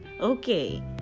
Okay